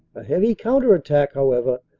heavy counter-attack, however,